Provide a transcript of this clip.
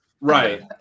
Right